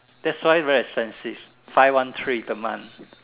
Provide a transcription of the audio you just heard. that's why very expensive five one three per month